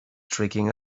tricking